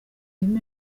irimo